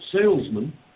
salesman